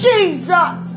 Jesus